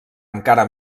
encara